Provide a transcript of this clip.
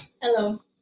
Hello